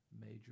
major